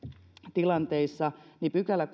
tilanteissa kuudeskymmenes pykälä